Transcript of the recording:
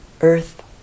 Earth